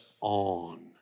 on